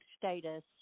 status